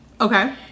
Okay